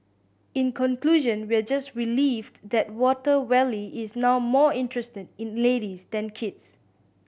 in conclusion we are just relieved that Water Wally is now more interested in ladies than kids